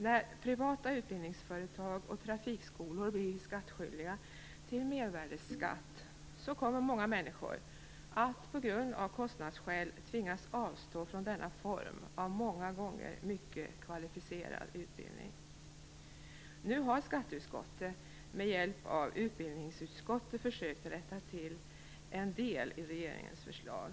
När privata utbildningsföretag och trafikskolor blir skattskyldiga till mervärdesskatt så kommer många människor att av kostnadsskäl tvingas avstå från denna form av många gånger mycket kvalificerad utbildning. Nu har skatteutskottet med hjälp av utbildningsutskottet försökt rätta till en del i regeringens förslag.